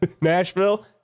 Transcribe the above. Nashville